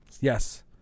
yes